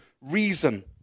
reason